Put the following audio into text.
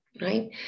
right